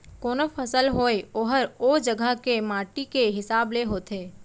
कोनों फसल होय ओहर ओ जघा के माटी के हिसाब ले होथे